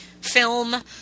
film